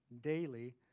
daily